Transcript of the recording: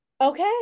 Okay